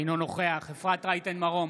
אינו נוכח אפרת רייטן מרום,